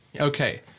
Okay